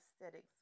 aesthetics